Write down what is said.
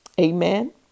Amen